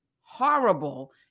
horrible